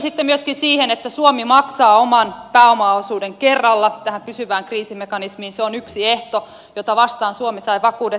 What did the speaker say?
viittasitte myöskin siihen että suomi maksaa oman pääomaosuutensa kerralla tähän pysyvään kriisimekanismiin se on yksi ehto jota vastaan suomi sai vakuudet